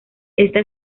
esta